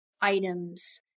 items